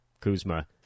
Kuzma